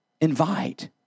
invite